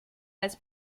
als